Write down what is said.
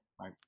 Right